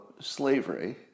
slavery